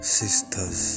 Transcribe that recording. sisters